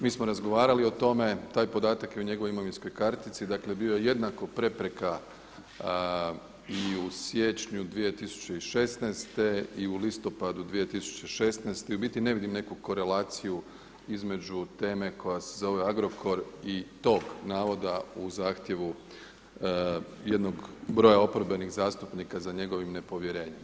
Mi smo razgovarali o tome, taj podatak je u njegovoj imovinskoj kartici, dakle bio je jednako prepreka i u siječnju 2016. i u listopadu 2016. i u biti ne vidim nikakvu korelaciju između teme koja se zove Agrokor i tog navoda u zahtjevu jednog broja oporbenih zastupnika za njegovim nepovjerenjem.